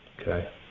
Okay